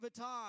Vuitton